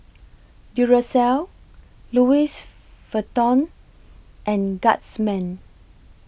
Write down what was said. Duracell Louis Vuitton and Guardsman